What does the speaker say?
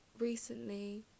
recently